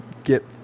Get